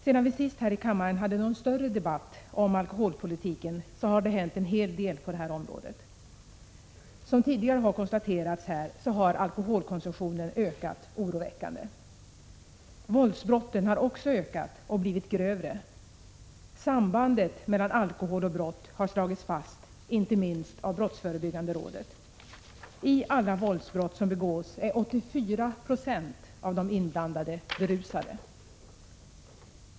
Sedan vi sist här i riksdagen hade någon större debatt om alkoholpolitiken har det hänt en hel del på det här området. Som tidigare har konstaterats, har alkoholkonsumtionen ökat oroväckande. Våldsbrotten har också ökat och blivit grövre. Sambandet mellan alkohol och brott har slagits fast — inte minst av brottsförebyggande rådet. I 84 20 av alla våldsbrott som begås är de inblandade berusade.